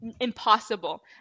impossible